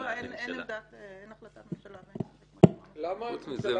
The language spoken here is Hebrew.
אין החלטת ממשלה בעניין הזה, כמו שאמרתי.